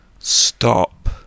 Stop